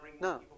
no